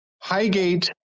Highgate